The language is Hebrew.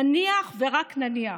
נניח, ורק נניח,